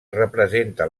representa